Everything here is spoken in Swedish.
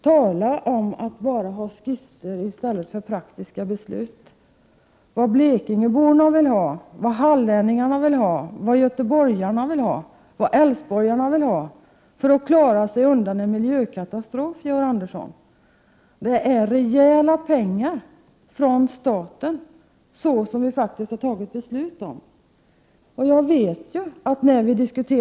Tala om att bara ha skisser i stället för praktiska beslut! Blekingeborna, hallänningarna, göteborgarna och älvsborgsborna vill, för att klara sig undan en miljökatastrof, ha rejäla pengar från staten, så som vi Prot. 1988/89:106 har fattat beslut om.